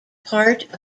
part